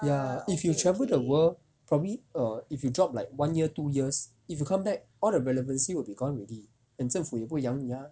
ya if you travel the world probably err if you drop like one year two years if you come back all the relevancy will be gone already and 政府也不会养你啊